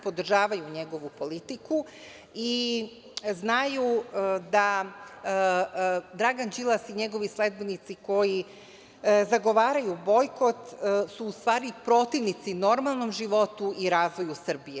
Podražavaju njegovu politiku i znaju da Dragana Đilas i njegovi sledbenici koji zagovaraju bojkot su u stvari protivnici normalnom životu i razvoju Srbije.